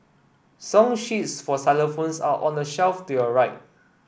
song sheets for xylophones are on the shelf to your right